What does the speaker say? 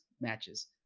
matches